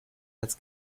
als